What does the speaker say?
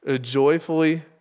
joyfully